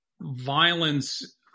violence